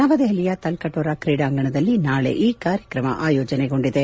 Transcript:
ನವದೆಹಲಿಯ ತಲ್ಕಟೋರಾ ಕ್ರೀಡಾಂಗಣದಲ್ಲಿ ನಾಳೆ ಈ ಕಾರ್ಯಕ್ರಮ ಆಯೋಜನೆಗೊಂಡಿದೆ